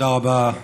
תודה רבה,